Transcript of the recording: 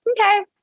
okay